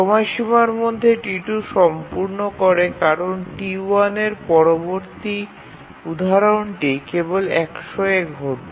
সময়সীমার মধ্যে T2 সম্পূর্ণ করে কারণ T1 এর পরবর্তী উদাহরণটি কেবল ১০০ এ ঘটবে